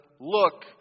look